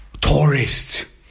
tourists